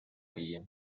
viia